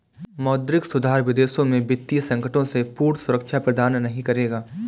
मौद्रिक सुधार विदेशों में वित्तीय संकटों से पूर्ण सुरक्षा प्रदान नहीं करेगा